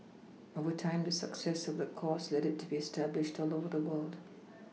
over time the success of the course led it to be established all over the world